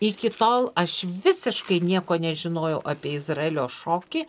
iki tol aš visiškai nieko nežinojau apie izraelio šokį